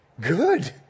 Good